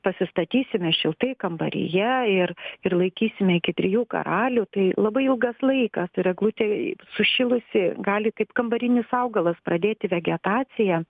pasistatysime šiltai kambaryje ir ir laikysime iki trijų karalių tai labai ilgas laikas ir eglutei sušilusi gali kaip kambarinis augalas pradėti vegetaciją